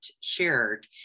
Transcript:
shared